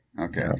okay